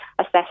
assess